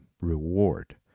reward